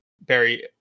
barry